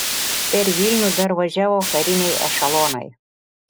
per vilnių dar važiavo kariniai ešelonai